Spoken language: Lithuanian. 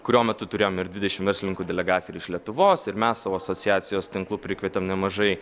kurio metu turėjom ir dvidešim verslininkų delegaciją ir iš lietuvos ir mes savo asociacijos tinklu prikvietėm nemažai